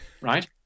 right